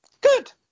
Good